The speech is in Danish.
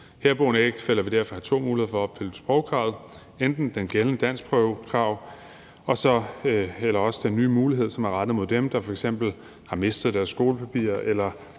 Herboende ægtefæller vil derfor have to muligheder for at opfylde sprogkravet: enten det gældende danskprøvekrav eller også den nye mulighed, som er rettet mod dem, der f.eks. har mistet deres skolepapirer